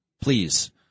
Please